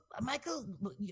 Michael